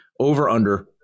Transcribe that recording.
over-under